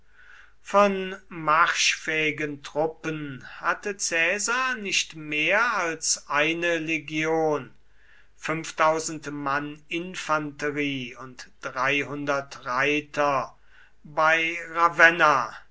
von marschfähigen truppen hatte caesar nicht mehr als eine legion mann infanterie und reiter bei ravenna